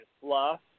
fluff